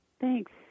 Thanks